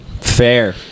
Fair